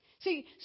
See